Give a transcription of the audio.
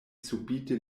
subite